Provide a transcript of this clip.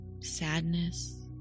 sadness